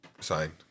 Signed